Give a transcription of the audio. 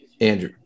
Andrew